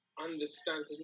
understand